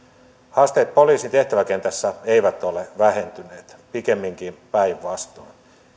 haasteet poliisien tehtäväkentässä eivät ole vähentyneet pikemminkin päinvastoin